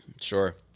Sure